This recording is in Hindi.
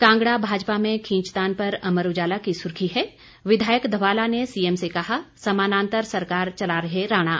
कांगड़ा भाजपा में खींचतान पर अमर उजाला की सुर्खी है विधायक धवाला ने सीएम से कहा समानांतर सरकार चला रहे राणा